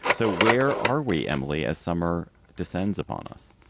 so where are we, emily, as summer descends upon us?